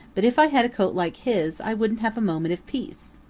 but if i had a coat like his i wouldn't have a moment of peace.